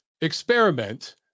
experiment